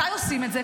מתי עושים את זה?